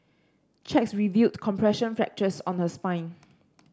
checks revealed compression fractures on the spine